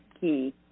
key